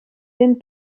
den